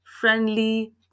friendly